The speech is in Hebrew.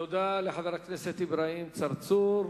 תודה לחבר הכנסת אברהים צרצור.